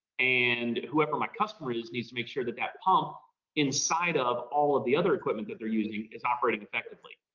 and whoever my customer is, needs to make sure that that pump inside of all of the other equipment that they're using is operating effectively.